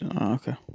okay